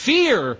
Fear